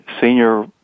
senior